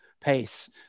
pace